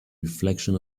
reflection